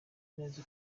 neza